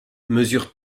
mesurent